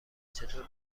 چطور